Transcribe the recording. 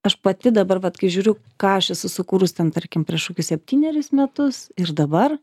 aš pati dabar vat kai žiūriu ką aš esu sukūrus ten tarkim prieš kokius septynerius metus ir dabar